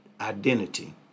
identity